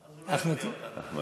אז הוא לא יפתיע אותך.